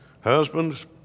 Husbands